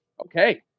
Okay